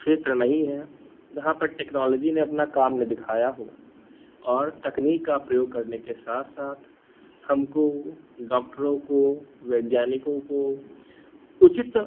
क्षेत्र नहीं है जहाँ पर टेक्नोलॉजी ने अपना काम न दिखाया हो और तकनीक का प्रयोग करने के साथ साथ हमको डॉक्टरों को वैज्ञानिकों को उचित